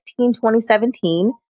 2017